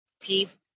teeth